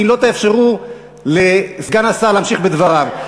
אם לא תאפשרו לסגן השר להמשיך בדבריו.